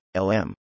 LM